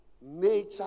Nature